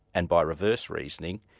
and by reverse reasoning,